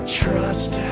trust